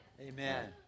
Amen